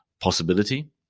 possibility